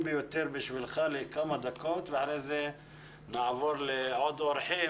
ביותר בשבילך ואחר כך נעבור לעוד אורחים.